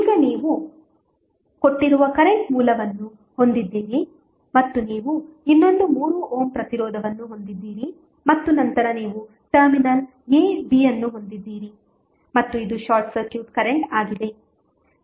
ಈಗ ನೀವು ಕೊಟ್ಟಿರುವ ಕರೆಂಟ್ ಮೂಲವನ್ನು ಹೊಂದಿದ್ದೀರಿ ಮತ್ತು ನೀವು ಇನ್ನೊಂದು 3 ಓಮ್ ಪ್ರತಿರೋಧವನ್ನು ಹೊಂದಿದ್ದೀರಿ ಮತ್ತು ನಂತರ ನೀವು ಟರ್ಮಿನಲ್ a b ಅನ್ನು ಹೊಂದಿದ್ದೀರಿ ಮತ್ತು ಇದು ಶಾರ್ಟ್ ಸರ್ಕ್ಯೂಟ್ ಕರೆಂಟ್ ಆಗಿದೆ